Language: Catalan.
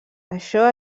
això